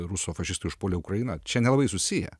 ruso fašistai užpuolė ukrainą čia nelabai susiję